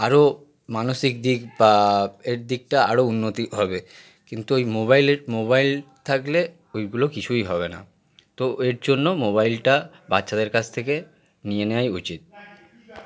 আরো মানসিক দিক বা এর দিকটা আরো উন্নতি হবে কিন্তু ওই মোবাইলের মোবাইল থাকলে ওইগুলো কিছুই হবে না তো এর জন্য মোবাইলটা বাচ্চাদের কাছ থেকে নিয়ে নেওয়াই উচিত